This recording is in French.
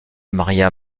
maria